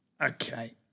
Okay